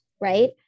right